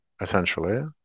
essentially